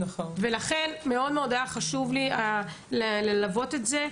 לכן היה חשוב לי מאוד ללוות את זה,